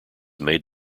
made